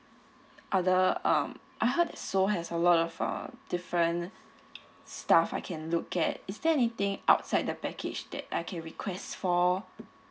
other um I heard seoul has a lot of uh different stuff I can look at is there anything outside the package that I can request for